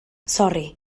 sori